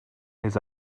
his